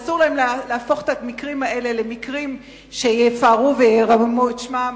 אסור להם להפוך את המקרים האלה למקרים שיפארו וירוממו את שמם.